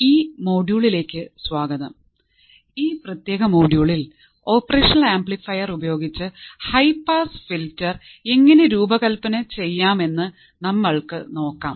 ഈ മൊഡ്യൂളിലേക്ക് സ്വാഗതം ഈ പ്രത്യേക മൊഡ്യൂളിൽ ഓപ്പറേഷനൽ ആംപ്ലിഫയർ ഉപയോഗിച്ച് ഹൈപാസ് ഫിൽട്ടർ എങ്ങനെ രൂപകൽപ്പന ചെയ്യാമെന്ന് നമ്മൾക്ക് നോക്കാം